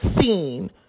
seen